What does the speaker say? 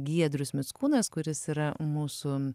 giedrius mickūnas kuris yra mūsų